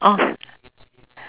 oh